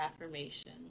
affirmation